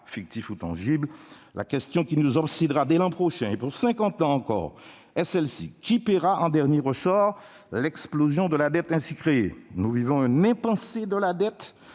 fictifs ou tangibles, la question qui nous obsédera dès l'an prochain et pour cinquante ans encore est celle-ci : qui paiera en dernier ressort l'explosion de la dette ainsi créée ? Nous vivons un impensé de la dette